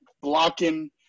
blocking